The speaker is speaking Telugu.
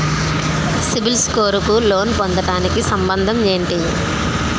సిబిల్ స్కోర్ కు లోన్ పొందటానికి సంబంధం ఏంటి?